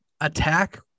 attack